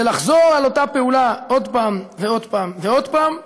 זה לחזור על אותה פעולה עוד פעם ועוד פעם ועוד פעם,